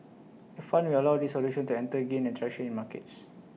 the fund will allow these solutions to enter and gain traction in markets